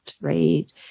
right